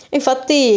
Infatti